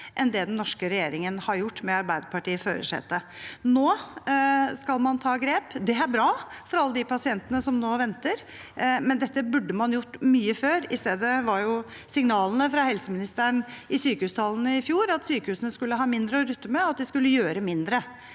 enn det den norske regjeringen har gjort, med Arbeiderpartiet i førersetet. Nå skal man ta grep. Det er bra for alle de pasientene som nå venter, men dette burde man gjort mye før. I stedet var signalene fra helseministeren i sykehustalen i fjor at sykehusene skulle ha mindre å rutte med, at de skulle gjøre mindre.